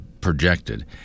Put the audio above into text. projected